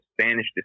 Spanish